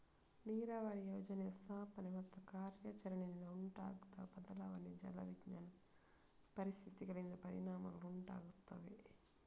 ನೀರಾವರಿ ಯೋಜನೆಯ ಸ್ಥಾಪನೆ ಮತ್ತು ಕಾರ್ಯಾಚರಣೆಯಿಂದ ಉಂಟಾದ ಬದಲಾದ ಜಲ ವಿಜ್ಞಾನದ ಪರಿಸ್ಥಿತಿಗಳಿಂದ ಪರಿಣಾಮಗಳು ಉಂಟಾಗುತ್ತವೆ